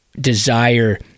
desire